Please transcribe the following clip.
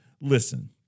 Listen